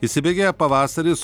įsibėgėja pavasaris